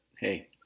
hey